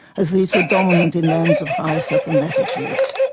as these were dominant in lands of high southern latitudes.